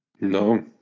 No